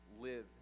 live